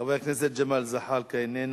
חבר הכנסת ג'מאל זחאלקה,